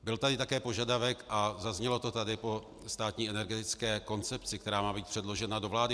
Byl tady také požadavek, a zaznělo to tady, po státní energetické koncepci, která má být předložena do vlády.